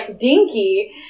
dinky